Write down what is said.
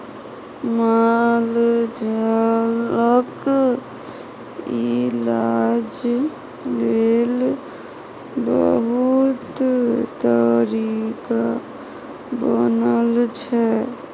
मालजालक इलाज लेल बहुत तरीका बनल छै